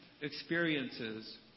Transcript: experiences